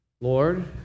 Lord